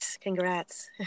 congrats